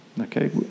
Okay